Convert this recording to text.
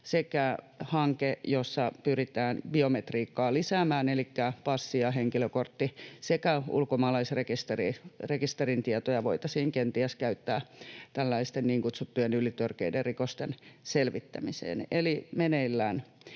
sekä hanke, jossa pyritään biometriikkaa lisäämään, elikkä passi-, henkilökortti- ja ulkomaalaisrekisterin tietoja voitaisiin kenties käyttää tällaisten niin kutsuttujen ylitörkeiden rikosten selvittämiseen. Eli meneillään